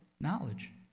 knowledge